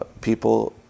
people